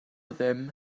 ddim